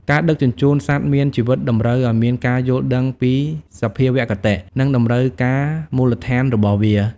ការដឹកជញ្ជូនសត្វមានជីវិតតម្រូវឱ្យមានការយល់ដឹងពីសភាវគតិ និងតម្រូវការមូលដ្ឋានរបស់វា។